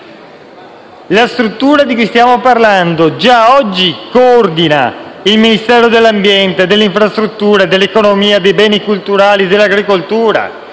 La struttura di cui stiamo parlando già oggi coordina il Ministero dell'ambiente, delle infrastrutture, dell'economia, dei beni culturali e dell'agricoltura;